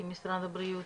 כמשרד הבריאות,